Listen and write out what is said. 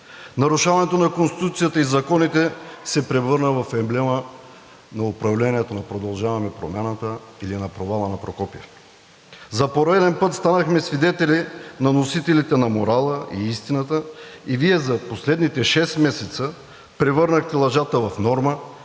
Нарушаването на Конституцията и законите се превърна в емблема на управлението на „Продължаваме Промяната“ или на провала на Прокопиев. За пореден път станахме свидетели на носителите на морала и истината и Вие за последните шест месеца превърнахте лъжата в норма,